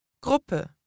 Gruppe